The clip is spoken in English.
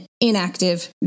inactive